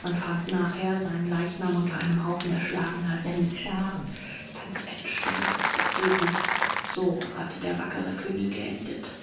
man fand nachher seinen leichnam unter einem haufen erschlagener janitscharen ganz entstellt und zertreten so hatte der wackere cugny geendet